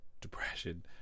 depression